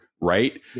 right